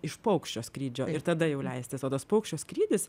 iš paukščio skrydžio ir tada jau leistis o tas paukščio skrydis